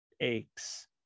aches